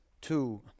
two